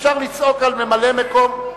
אי-אפשר לצעוק על ממלא-מקום,